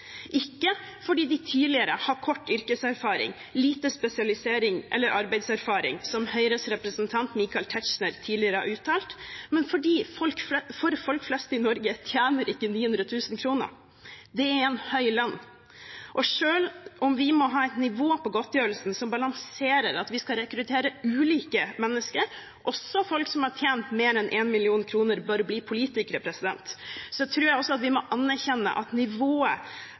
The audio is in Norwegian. ikke fordi de tidligere har kort yrkeserfaring, lite spesialisering eller lite arbeidserfaring, som Høyres representant Michael Tetzschner tidligere har uttalt, men fordi folk flest i Norge ikke tjener 900 000 kr. Det er en høy lønn. Og selv om vi må ha et nivå på godtgjørelsen som balanserer at vi skal rekruttere ulike mennesker – også folk som har tjent mer enn 1 mill. kr, bør bli politikere – tror jeg også vi må anerkjenne at nivået